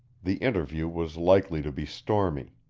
the interview was likely to be stormy.